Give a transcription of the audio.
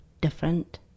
different